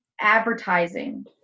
advertising